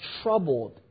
troubled